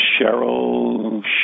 Cheryl